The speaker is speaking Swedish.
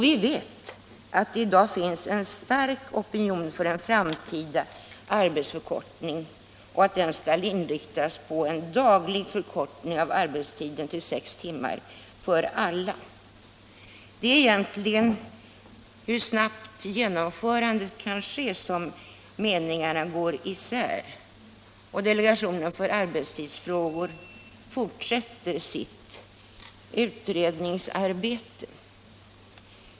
Vi vet att det i dag finns en opinion för en framtida arbetstidsförkortning och att en sådan skall inriktas på en daglig förkortning av arbetstiden till sex timmar för alla. Det är egentligen när det gäller hur snabbt genomförandet kan ske som meningarna går i sär. Delegationen för arbetstidsfrågor fortsätter sitt utredningsarbete.